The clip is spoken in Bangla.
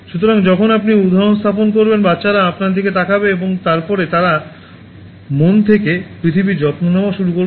সুতরাং যখন আপনি উদাহরণ স্থাপন করবেন বাচ্চারা আপনার দিকে তাকাবে এবং তারপরে তারা মন থেকে পরিবেশের যত্ন নেওয়া শুরু করবে